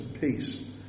peace